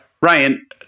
Ryan